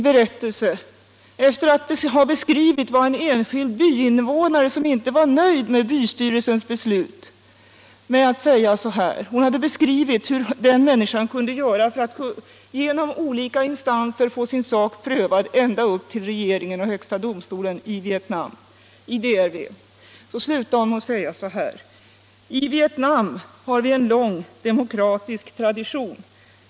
Efter att ha beskrivit vad en enskild byinvånare som inte var nöjd med bystyrelsens beslut kunde göra för att genom olika instanser få sin sak prövad ända upp till regeringen och högsta domstolen i DRV slutade hon, herr Hernelius, sin berättelse med att säga: I Vietnam har vitsen lång demokratisk tradition.